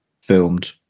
filmed